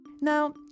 Now